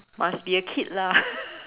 must be a kid lah